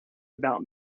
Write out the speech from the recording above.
about